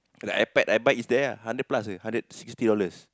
like iPad I buy is there ah hundred plus aje hundred sixty dollars